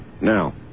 now